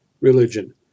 religion